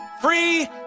free